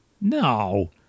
No